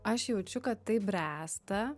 aš jaučiu kad tai bręsta